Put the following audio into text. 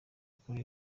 kuriya